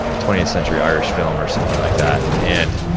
twentieth century irish film, or something like that. and,